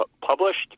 published